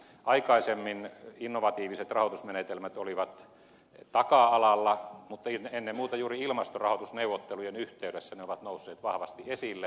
aikaisemmin innovatiiviset rahoitusmenetelmät olivat taka alalla mutta ennen muuta juuri ilmastorahoitusneuvottelujen yhteydessä ne ovat nousseet vahvasti esille